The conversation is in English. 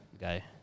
guy